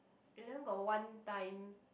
and then got one time